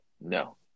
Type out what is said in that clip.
No